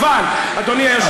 עובדות ויש בדיות.